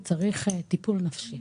אני צריך טיפול נפשי".